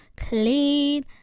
clean